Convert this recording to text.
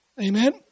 Amen